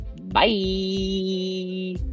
bye